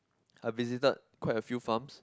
I visited quite a few farms